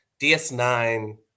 DS9